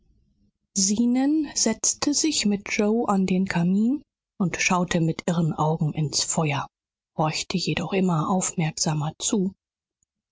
zenon setzte sich mit yoe an den kamin und schaute mit irren augen ins feuer horchte jedoch immer aufmerksamer zu